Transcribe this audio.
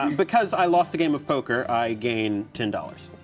um because i lost the game of poker, i gain ten dollars.